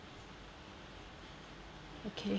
okay